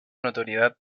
notoriedad